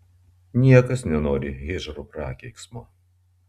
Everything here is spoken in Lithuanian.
niekas nenori hidžrų prakeiksmo